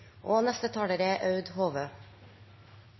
stemmer. Neste taler er